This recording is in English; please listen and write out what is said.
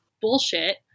bullshit